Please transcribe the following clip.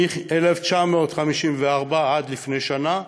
מ-1954 עד לפני שנה,